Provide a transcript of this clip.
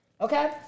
Okay